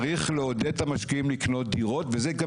צריך לעודד את המשקיעים לקנות דירות וזה גם